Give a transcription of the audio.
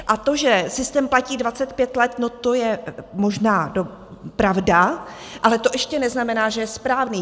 A to, že systém platí 25 let, no, to je možná pravda, ale to ještě neznamená, že je správný.